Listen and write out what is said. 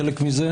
חלק מזה,